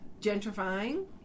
gentrifying